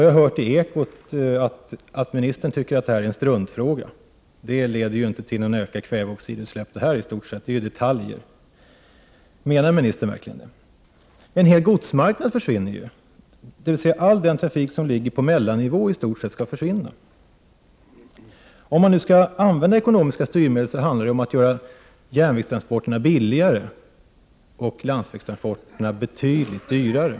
Jag hörde i Ekot att ministern anser att detta är en struntfråga och att detta inte leder till några ökade kväveoxidutsläpp. Menar ministern verkligen detta? En hel godsmarknad försvinner ju. I stort sett all trafik på mellannivå skall försvinna. Om man skall använda ekonomiska styrmedel måste man göra järnvägstransporterna billigare och landsvägstransporterna betydligt dyrare.